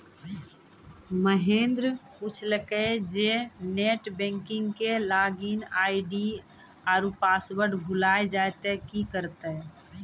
महेन्द्र पुछलकै जे net banking के लागिन आई.डी आरु पासवर्ड भुलाय जाय त कि करतै?